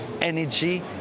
energy